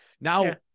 Now